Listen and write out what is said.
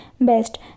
best